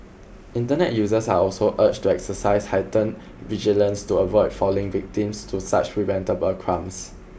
Internet users are also urged to exercise heightened vigilance to avoid falling victims to such preventable crimes